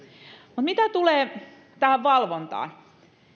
mitä tulee tähän valvontaan